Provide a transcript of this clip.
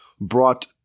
brought